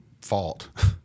fault